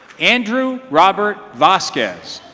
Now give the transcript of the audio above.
andrew robert vasquez.